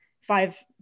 five